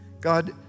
God